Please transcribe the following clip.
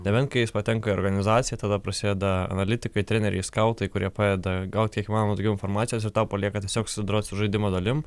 nebent kai jis patenka į organizaciją tada prasideda analitikai treneriai skautai kurie padeda gauti kiek įmanoma daugiau informacijos ir tau palieka tiesiog susidorot su žaidimo dalim